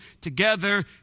together